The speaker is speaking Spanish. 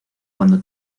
cuando